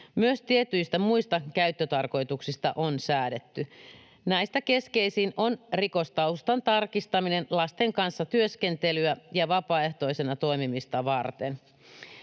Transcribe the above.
Myös tietyistä muista käyttötarkoituksista on säädetty. Näistä keskeisin on rikostaustan tarkistaminen lasten kanssa työskentelyä ja vapaaehtoisena toimimista varten.